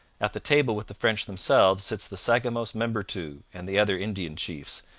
at the table with the french themselves sits the sagamos membertou and the other indian chiefs,